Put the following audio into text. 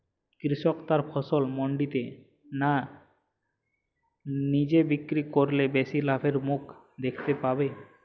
কৃষক তার ফসল মান্ডিতে না নিজে বিক্রি করলে বেশি লাভের মুখ দেখতে পাবে?